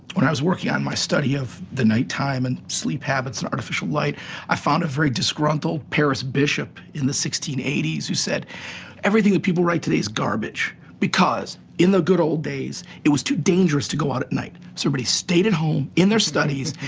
when i was working on my study of the night-time and sleep habits and artificial light i found a very disgruntled paris bishop in the sixteen eighty s who said everything that people write today is garbage because in the good old days it was too dangerous to go out at night so everybody stayed at home in their studies,